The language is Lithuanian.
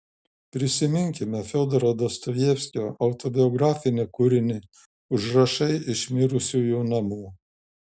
prisiminkime fiodoro dostojevskio autobiografinį kūrinį užrašai iš mirusiųjų namų